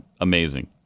amazing